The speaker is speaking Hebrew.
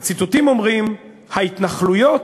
הציטוטים אומרים: ההתנחלויות,